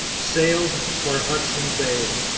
sailed for hudson bay.